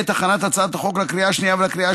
בעת הכנת הצעת החוק לקריאה השנייה ולקריאה